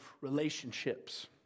relationships